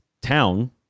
town